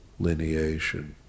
lineation